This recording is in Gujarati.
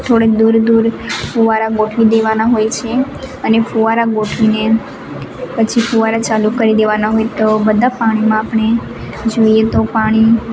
થોડીક દૂર દૂર ફુવારા ગોઠવી દેવાના હોય છે અને ફુવારા ગોઠવીને પછી ફુવારા ચાલુ કરી દેવાના હોય તો બધા પાણીમાં આપણે જોઈએ તો પાણી